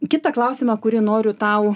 kitą klausimą kurį noriu tau